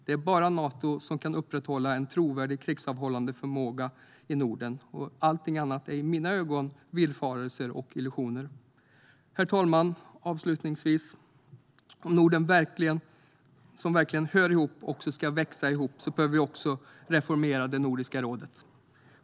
Det är bara Nato som kan upprätthålla en trovärdig krigsavhållande förmåga i Norden. Allting annat är i mina ögon villfarelser och illusioner. Herr talman! Avslutningsvis vill jag säga att om Norden som verkligen hör ihop också ska växa ihop bör vi reformera Nordiska rådet.